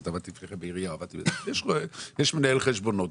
יש מנהל חשבונות,